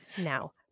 now